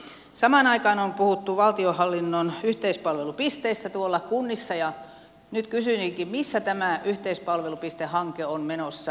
samaan aikaan on puhuttu valtionhallinnon yhteispalvelupisteistä tuolla kunnissa ja nyt kysyisinkin missä tämä yhteispalvelupistehanke on menossa